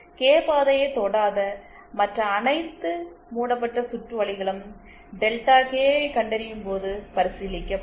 K பாதையைத் தொடாத மற்ற அனைத்து மூடப்பட்ட சுற்று வழிகளும் டெல்டா கே ஐக் கண்டறியும் போது பரிசீலிக்கப்படும்